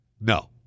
No